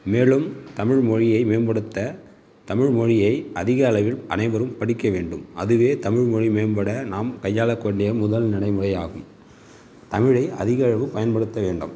மேலும் தமிழ்மொழியை மேம்படுத்த தமிழ்மொழியை அதிக அளவில் அனைவரும் படிக்க வேண்டும் அதுவே தமிழ்மொழி மேம்பட நாம் கையாளக்கூடிய முதல் நடைமுறை ஆகும் தமிழை அதிகளவு பயன்படுத்த வேண்டும்